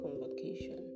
convocation